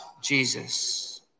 Jesus